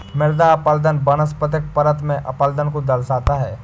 मृदा अपरदन वनस्पतिक परत में अपरदन को दर्शाता है